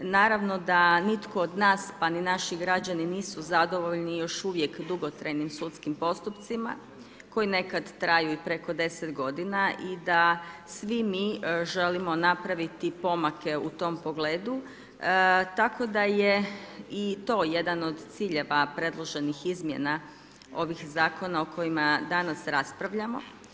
Naravno da nitko od nas, pa ni naši građani nisu zadovoljni i još uvijek dugotrajnim sudskim postupcima koji nekad traju i preko 10 godina i da svi mi želimo napraviti pomake u tom pogledu, tako da je i to jedan od ciljeva predloženih izmjena ovih zakona o kojima danas raspravljamo.